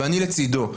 ואני לצידו,